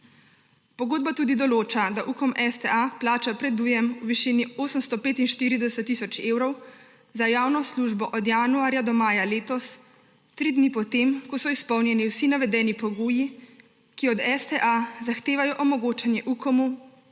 Pogodba tudi določa, da Ukom STA plača predujem v višini 845 tisoč evrov za javno službo od januarja od maja letos, 3 dni po tem, ko so izpolnjeni vsi navedeni pogoji, ki od STA zahtevajo omogočanje Ukomu